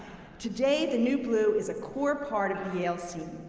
today, the new blue is a core part of the yale scene.